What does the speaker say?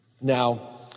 Now